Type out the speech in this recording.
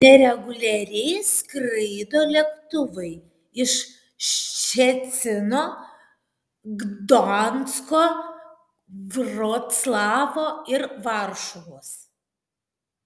nereguliariai skraido lėktuvai iš ščecino gdansko vroclavo ir varšuvos